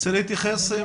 תרצה להתייחס?